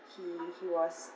he he was